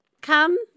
Come